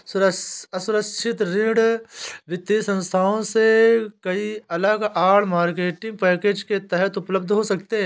असुरक्षित ऋण वित्तीय संस्थानों से कई अलग आड़, मार्केटिंग पैकेज के तहत उपलब्ध हो सकते हैं